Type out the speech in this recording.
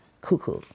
cuckoo